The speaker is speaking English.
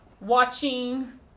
watching